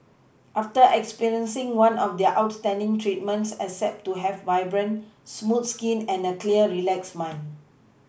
after experiencing one of their outstanding treatments expect to have vibrant smooth skin and a clear relaxed mind